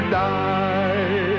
die